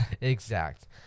Exact